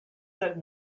that